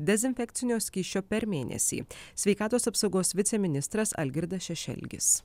dezinfekcinio skysčio per mėnesį sveikatos apsaugos viceministras algirdas šešelgis